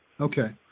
okay